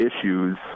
issues